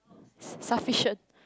sufficient